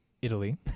Italy